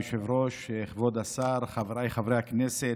כבוד היושב-ראש, כבוד השר, חבריי חברי הכנסת,